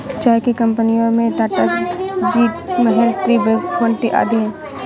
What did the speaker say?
चाय की कंपनियों में Tata tea, Taj Mahal tea, Brooke Bond tea आदि है